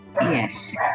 Yes